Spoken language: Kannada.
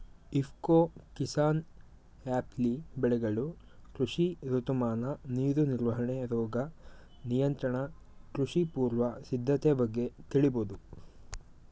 ಇಫ್ಕೊ ಕಿಸಾನ್ಆ್ಯಪ್ಲಿ ಬೆಳೆಗಳು ಕೃಷಿ ಋತುಮಾನ ನೀರು ನಿರ್ವಹಣೆ ರೋಗ ನಿಯಂತ್ರಣ ಕೃಷಿ ಪೂರ್ವ ಸಿದ್ಧತೆ ಬಗ್ಗೆ ತಿಳಿಬೋದು